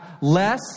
less